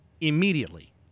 immediately